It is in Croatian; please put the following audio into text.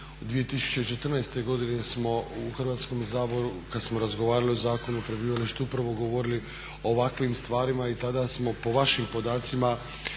2014. godine smo u Hrvatskom saboru kada smo razgovarali o Zakonu o prebivalištu upravo govorili o ovakvim stvarima i tada smo po vašim podacima